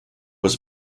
was